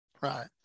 Right